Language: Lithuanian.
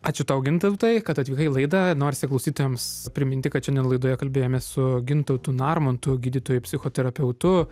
ačiū tau gintautai kad atvykai į laidą norisi klausytojams priminti kad šiandien laidoje kalbėjomės su gintautu narmontu gydytoju psichoterapeutu